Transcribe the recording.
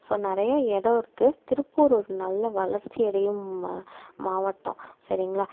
so நிறைய இடோம் இருக்குது திருப்பூர் ஒரு நல்ல வளர்ச்சி அடையும் மா மாவட்டம் சரிங்களா